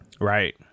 Right